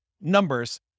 numbers